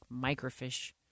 microfish